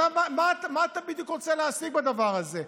מה בדיוק אתה רוצה להשיג בדבר הזה?